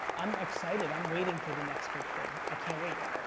i'm excited, i'm waiting for the next big thing. i can't wait.